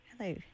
Hello